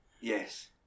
Yes